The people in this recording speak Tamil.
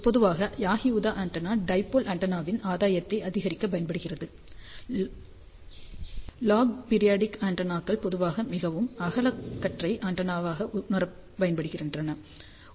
பொதுவாக யாகி உதா ஆண்டெனா டைபோல் ஆண்டெனாவின் ஆதாயத்தை அதிகரிக்கப் பயன்படுகிறது லாக் பீரியாடிக் ஆண்டெனாக்கள் பொதுவாக மிகவும் அகலக்கற்றை ஆண்டெனாவாக உணரப் பயன்படுகின்றன